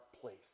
place